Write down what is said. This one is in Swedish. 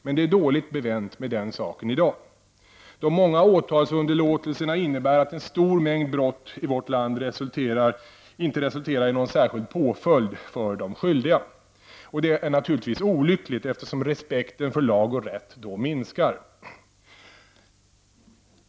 Men det är dåligt bevänt med den saken i dag. De många åtalsunderlåtelserna innebär att en stor mängd brott i vårt land inte resulterar i någon särskild påföljd för de skyldiga. Det är naturligtvis olyckligt, eftersom respekten för lag och rätt då minskar.